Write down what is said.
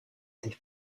they